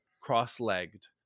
cross-legged